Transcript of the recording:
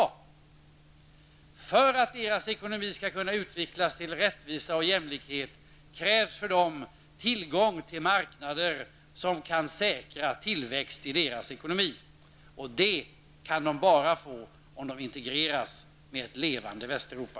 För att deras ekonomi skall kunna utvecklas till rättvisa och jämlikhet krävs för dem tillgång till marknader som kan säkra tillväxten i deras ekonomi. Och det kan de bara få om de integreras med ett levande Västeuropa.